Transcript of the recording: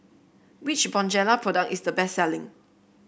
which Bonjela product is the best selling